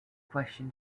question